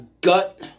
gut